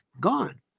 gone